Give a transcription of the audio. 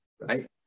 right